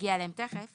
נגיע אליהן תיכף,